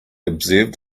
observed